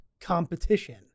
competition